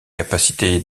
capacité